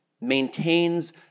maintains